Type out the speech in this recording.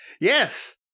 Yes